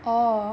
orh